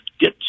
get